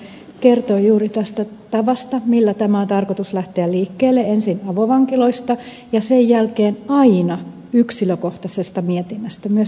henriksson kertoi juuri tästä tavasta millä tämän on tarkoitus lähteä liikkeelle ensin avovankiloista ja sen jälkeen aina yksilökohtaisesta mietinnästä myös ed